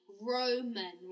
Roman